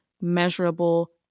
measurable